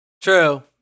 True